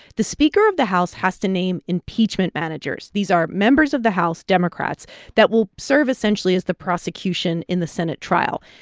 the speaker of the house has to name impeachment managers. these are members of the house democrats that will serve essentially as the prosecution in the senate trial.